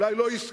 אולי לא עסקית,